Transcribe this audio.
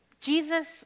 Jesus